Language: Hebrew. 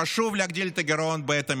חשוב להגדיל את הגירעון בעת המלחמה,